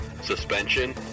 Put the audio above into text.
suspension